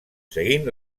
seguint